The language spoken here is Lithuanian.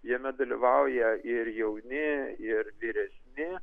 jame dalyvauja ir jauni ir vyresni